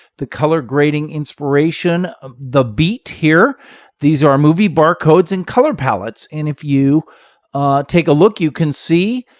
the color grading inspiration um the beat. these these are movie bar codes and color palettes. and if you take a look, you can see